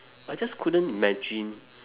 I just couldn't imagine